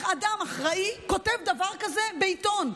איך אדם אחראי כותב דבר כזה בעיתון?